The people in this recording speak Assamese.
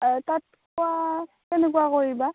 তাত খোৱা কেনেকুৱা কৰিবা